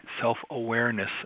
self-awareness